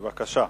בבקשה.